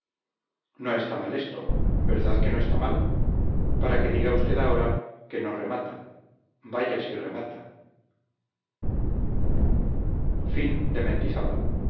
no está mal esto verdad que no está mal para que diga usted ahora que no remata vaya si remata santander san